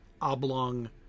oblong